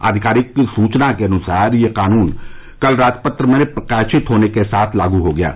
आधिकारिक सूचना के अनुसार यह कानून कल राजपत्र में प्रकाशित होने के साथ लागू हो गया है